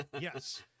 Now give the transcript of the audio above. yes